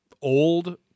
old